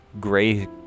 Gray